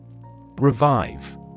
Revive